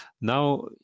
Now